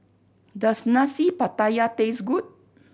does Nasi Pattaya taste good